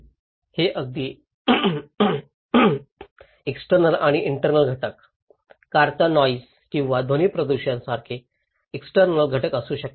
हे काही एक्सटर्नल आणि इंटर्नल घटक कारचा नॉईस किंवा ध्वनी प्रदूषण सारखे एक्सटर्नल घटक असू शकतात